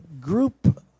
group